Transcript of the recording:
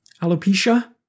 alopecia